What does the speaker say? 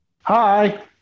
Hi